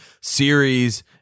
series